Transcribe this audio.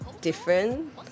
different